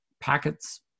packets